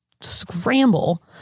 scramble